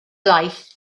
life